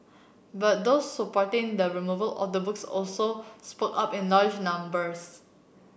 but those supporting the removal of the books also spoke up in large numbers